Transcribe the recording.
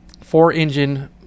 four-engine